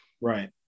Right